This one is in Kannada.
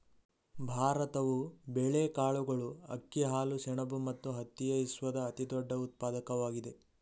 ಭಾರತವು ಬೇಳೆಕಾಳುಗಳು, ಅಕ್ಕಿ, ಹಾಲು, ಸೆಣಬು ಮತ್ತು ಹತ್ತಿಯ ವಿಶ್ವದ ಅತಿದೊಡ್ಡ ಉತ್ಪಾದಕವಾಗಿದೆ